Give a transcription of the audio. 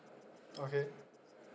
okay